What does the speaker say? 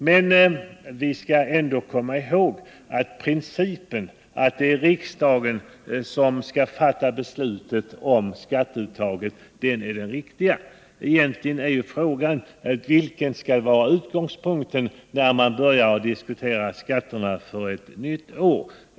Men jag anser att principen att det är riksdagen som skall fatta beslutet om skatteuttagets storlek är den riktiga. Egentligen är frågan vilken utgångspunkten skall vara när man börjar diskutera skatterna för ett nytt år.